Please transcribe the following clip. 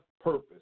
purpose